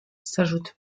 s’ajoutent